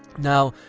now,